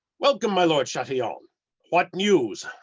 welcome, my lord chatillon what news?